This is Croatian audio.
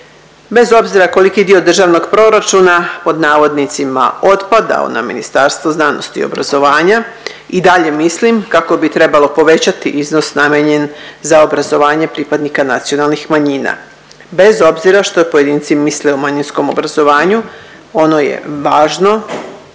Bez obzira koliki dio državnog proračuna pod navodnicima otpadao na Ministarstvo znanosti i obrazovanja i dalje mislim kako bi trebalo povećati iznos namijenjen za obrazovanje pripadnika nacionalnih manjina bez obzira što pojedinci misle o manjinskom obrazovanju ono je važno.